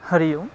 हरिः ओम्